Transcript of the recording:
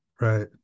Right